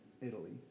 Italy